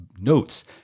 notes